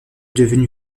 devenue